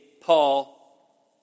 Paul